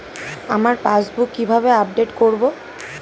আমার পাসবুক কিভাবে আপডেট করবো?